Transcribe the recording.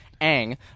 Ang